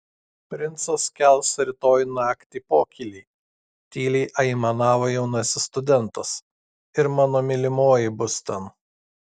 princas kels rytoj naktį pokylį tyliai aimanavo jaunasis studentas ir mano mylimoji bus ten